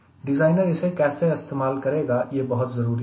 designer इसे कैसे इस्तेमाल करेगा यह बहुत जरूरी है